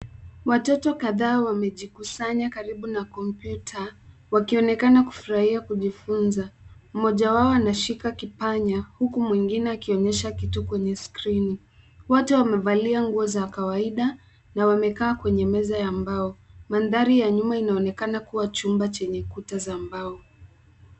Watoto kadhaa wamejikusanya karibu na kompyuta, wakionekana kufurahia kujifunza. Mmoja wao anashika kipanya huku mwingine akionyesha kitu kwenye skrini. Wote wamevalia nguo za kawaida na wamekaa kwenye meza ya mbao. Mandhari ya nyuma inaonekana kuwa chumba chenye kuta za mbao.